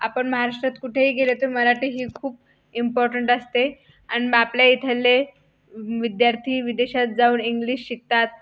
आपण महाराष्ट्रात कुठेही गेलो तर मराठी ही खूप इम्पॉर्टंट असते अन् आपल्या इथले विद्यार्थी विदेशात जाऊन इंग्लिश शिकतात